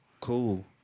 Cool